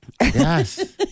Yes